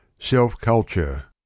Self-Culture